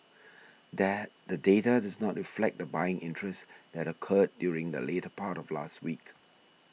that the data dose not reflect the buying interest that occurred during the latter part of last week